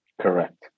Correct